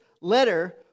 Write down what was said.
letter